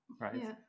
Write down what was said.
right